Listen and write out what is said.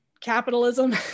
capitalism